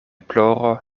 ploro